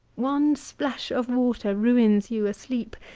one splash of water ruins you asleep,